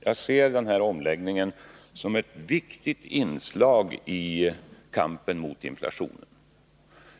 Jag ser denna omläggning som ett väsentligt inslag i kampen mot inflationen.